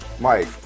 Mike